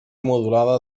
modulada